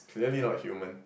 clearly not human